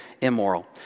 immoral